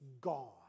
gone